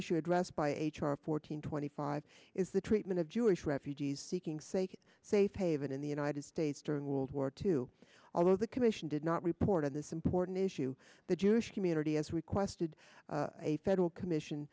issue addressed by h r four hundred twenty five is the treatment of jewish refugees seeking sake safe haven in the united states during world war two although the commission did not report on this important issue the jewish community has requested a federal commission